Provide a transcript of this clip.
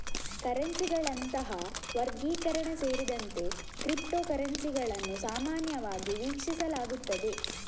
ಕರೆನ್ಸಿಗಳಂತಹ ವರ್ಗೀಕರಣ ಸೇರಿದಂತೆ ಕ್ರಿಪ್ಟೋ ಕರೆನ್ಸಿಗಳನ್ನು ಸಾಮಾನ್ಯವಾಗಿ ವೀಕ್ಷಿಸಲಾಗುತ್ತದೆ